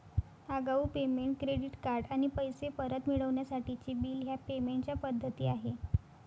आगाऊ payment, credit card आणि पैसे परत मिळवण्यासाठीचे बिल ह्या पेमेंट च्या पद्धती आहे